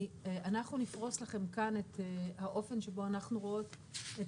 אנחנו נפרוש לכם כאן את האופן שבו אנחנו רואות את